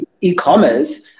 e-commerce